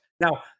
Now